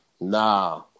Nah